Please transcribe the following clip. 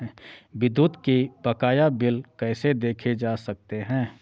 विद्युत के बकाया बिल कैसे देखे जा सकते हैं?